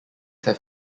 have